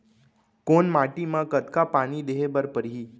कोन माटी म कतका पानी देहे बर परहि?